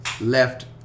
left